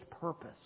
purpose